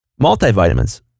multivitamins